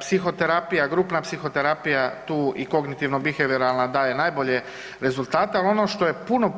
Psihoterapija, grupna psihoterapija tu i kognitivno bihevioralna daje najbolje rezultate, ali ono što je puno